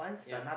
ya